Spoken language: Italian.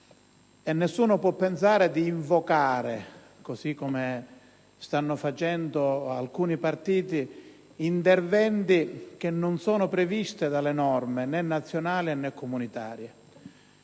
Nessuno può pensare di invocare, così come stanno facendo alcuni partiti, interventi che non sono previsti dalle norme, né nazionali né comunitarie.